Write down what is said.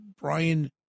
Brian